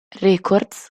records